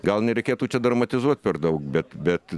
gal nereikėtų čia dramatizuot per daug bet bet